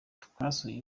twasuye